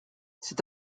c’est